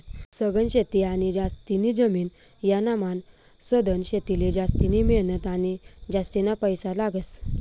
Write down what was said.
सघन शेती आणि जास्तीनी जमीन यानामान सधन शेतीले जास्तिनी मेहनत आणि जास्तीना पैसा लागस